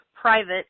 private